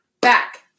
back